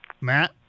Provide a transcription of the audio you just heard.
Matt